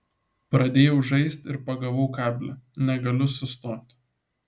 pradėjau žaist ir pagavau kablį negaliu sustot